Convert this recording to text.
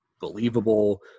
believable